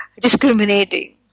discriminating